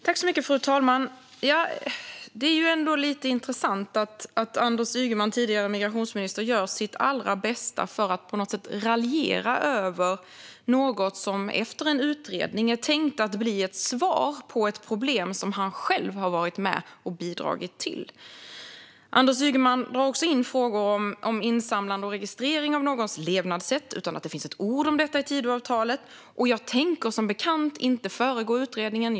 Fru talman! Det är lite intressant att den tidigare migrationsministern Anders Ygeman gör sitt allra bästa för att på något sätt raljera över något som efter en utredning är tänkt att bli ett svar på ett problem som han själv har varit med och bidragit till. Anders Ygeman drar också in frågor om insamlande och registrering av någons levnadssätt utan att det finns ett enda ord om detta i Tidöavtalet. Jag tänker, som bekant, inte föregripa utredningen.